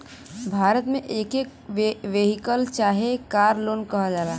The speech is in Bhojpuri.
भारत मे एके वेहिकल चाहे कार लोन कहल जाला